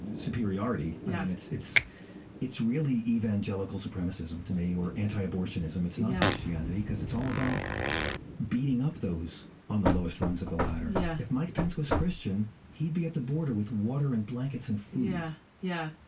superiority. yeah and it's it's it's really evangelical supremacism to me or anti-abortion ism it's not christianity because it's all about beating up those on the lowest rungs of the ladder. yeah. if mike pence was christian he'd be at the border with water and blankets and food. yeah yeah.